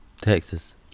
Texas